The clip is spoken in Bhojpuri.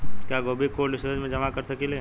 क्या गोभी को कोल्ड स्टोरेज में जमा कर सकिले?